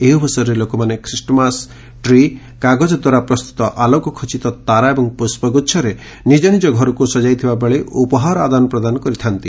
ଏହି ଅବସରରେ ଲୋକମାନେ ଖ୍ରୀଷ୍ଟମାସ ଟ୍ରି କାଗଜ ଦ୍ୱାରା ପ୍ରସ୍ତୁତ ଆଲୋକ ଖଚିତ ତାରା ଏବଂ ପୁଷ୍ବଗୁଛରେ ନିଜନିଜ ଘରକୁ ସଜାଇଥିବା ବେଳେ ଉପହାର ଆଦାନପ୍ରଦାନ କରିଥାଆନ୍ତି